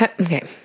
Okay